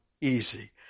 easy